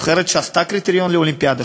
נבחרת שעשתה קריטריון לאולימפיאדה,